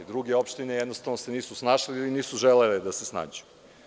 Druge opštine se jednostavno nisu snašle ili nisu želele da se snađu.